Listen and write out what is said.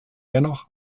dennoch